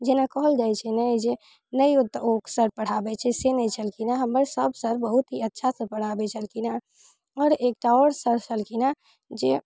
जेना कहल जाइ छै जे नहि ओ सर पढ़ाबै छै से नहि छलखिन हँ हमर सब सर बहुत ही अच्छासँ पढ़ाबै छलखिन हँ आओर एकटा आओर सर छलखिन हँ जे